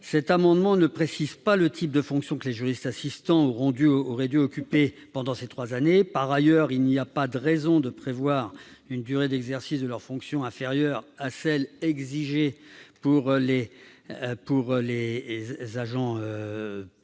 d'exercice. On ne précise pas le type de fonctions que les juristes assistants auraient dû occuper pendant ces trois années. De plus, il n'y a pas de raison de prévoir une durée d'exercice de leurs fonctions inférieure à celle qui est exigée pour les agents publics,